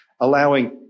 allowing